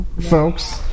folks